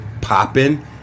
popping